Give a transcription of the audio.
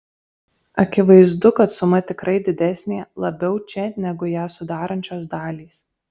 akivaizdu kad suma tikrai didesnė labiau čia negu ją sudarančios dalys